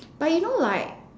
but you know like